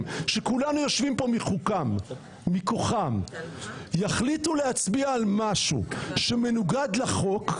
וכולנו יושבים כאן מכוחם יחליטו להצביע על משהו שמנוגד לחוק,